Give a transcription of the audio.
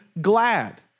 glad